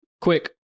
quick